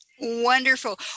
Wonderful